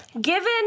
Given